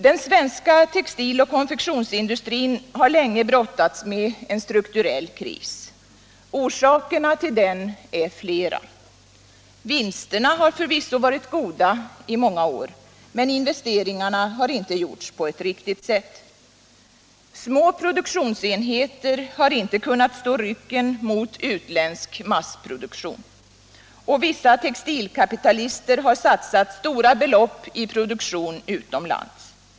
Den svenska textiloch konfektionsindustrin har länge brottats med en strukturell kris. Orsakerna till den är flera. Vinsterna har förvisso varit goda på många håll, men investeringarna har inte gjorts på ett riktigt sätt. Små produktionsenheter har inte kunnat stå rycken mot utländsk massproduktion, och vissa textilkapitalister har satsat stora belopp i produktion utomlands.